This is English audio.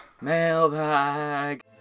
Mailbag